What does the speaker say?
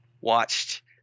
watched